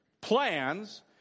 plans